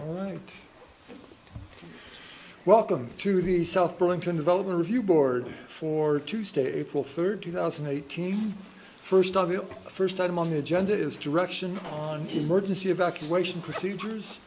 my welcome to the south burlington development review board for tuesday april third two thousand and eighteen first on the first item on the agenda is direction on emergency evacuation procedures